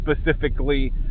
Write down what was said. specifically